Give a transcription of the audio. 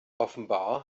offenbar